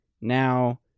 now